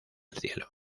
cielo